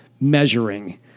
measuring